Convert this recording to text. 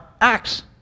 acts